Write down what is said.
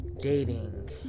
dating